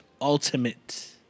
Ultimate